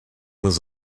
was